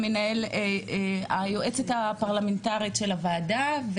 היועצת הפרלמנטרית של הוועדה,